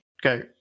go